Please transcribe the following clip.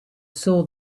saw